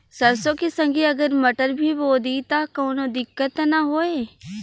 सरसो के संगे अगर मटर भी बो दी त कवनो दिक्कत त ना होय?